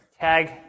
tag